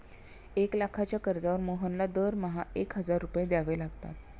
एक लाखाच्या कर्जावर मोहनला दरमहा एक हजार रुपये द्यावे लागतात